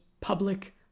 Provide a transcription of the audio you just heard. public